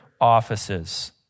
offices